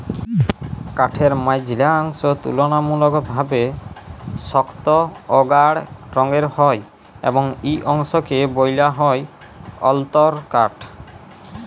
কাঠের মাইঝল্যা অংশ তুললামূলকভাবে সক্ত অ গাঢ় রঙের হ্যয় এবং ই অংশকে ব্যলা হ্যয় অল্তরকাঠ